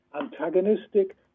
antagonistic